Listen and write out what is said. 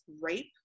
rape